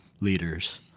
leaders